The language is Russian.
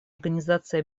организации